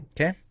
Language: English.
Okay